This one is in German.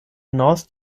hinaus